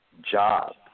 job